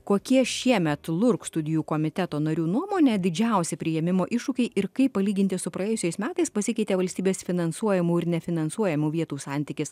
kokie šiemet lurk studijų komiteto narių nuomone didžiausi priėmimo iššūkiai ir kaip palyginti su praėjusiais metais pasikeitė valstybės finansuojamų ir nefinansuojamų vietų santykis